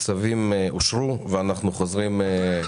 אלה צווים שיונחו במליאה שבעה ימים.